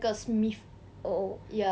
oh